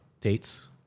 dates